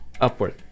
upward